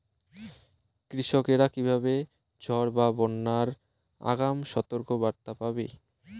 কৃষকেরা কীভাবে ঝড় বা বন্যার আগাম সতর্ক বার্তা পাবে?